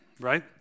right